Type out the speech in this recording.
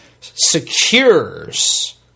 secures